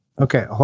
Okay